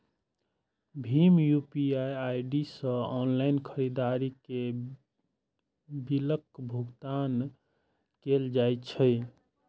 भीम UPI सं online खरीदारी के बिलक भुगतान कैल जा सकैए